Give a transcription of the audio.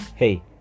Hey